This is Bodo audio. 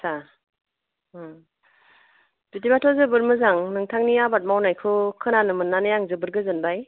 आदसा बिदिबाथ' जोबोद मोजां नोंथांनि आबाद मावनायखौ खोनानो मोननानै आं जोबोद गोजोनबाय